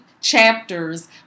chapters